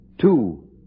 two